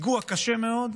פיגוע קשה מאוד.